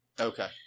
Okay